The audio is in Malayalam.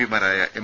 പിമാരായ എം